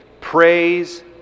Praise